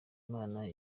imana